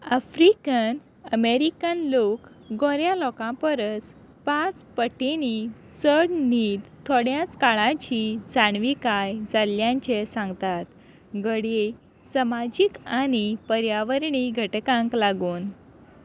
African American लोक गोऱ्या लोकां परस पांच पटेणी चड न्हीद थोड्याच काळाची जाणविकाय जाल्ल्यांचे सांगतात घडये समाजीक आनी पर्यावरणी घटकांक लागून